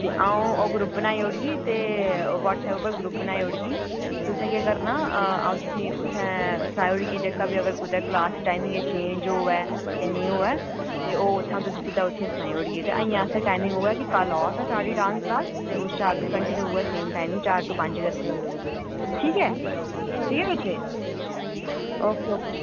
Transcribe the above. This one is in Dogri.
ते अ'ऊं ओह् ग्रुप बनाई ओड़गी ते ब्हट्स ऐप उप्पर ग्रुप बनाई ओड़गी तुसें केह् करना अ'ऊं तुसेंगी उत्थै सनाई ओड़गी जेह्का बी अगर कुतै क्लास टाइमिंग चेंज होऐ जां नेई होऐ ते ओह् उत्थुआं तुस सिद्धा उत्थुआं सनाई ओड़गी ते इयां आस्तै टाइमिंग ओह् ऐ कि कल ऑफ ऐ स्हाड़ी डांस क्लास ते उस शा अग्गे कान्टीन्यू उइये सेम टाइमिंग चार टू पंज गै रौह्नी ठीक ऐ ठीक ऐ बच्चे ओके ओके